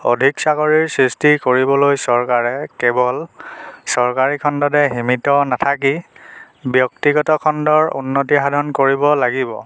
অধিক চাকৰিৰ সৃষ্টি কৰিবলৈ চৰকাৰে কেৱল চৰকাৰী খণ্ডতে সীমিত নাথাকি ব্যক্তিগত খণ্ডৰ উন্নতি সাধন কৰিব লাগিব